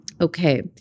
okay